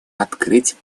открыть